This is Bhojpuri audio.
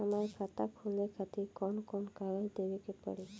हमार खाता खोले खातिर कौन कौन कागज देवे के पड़ी?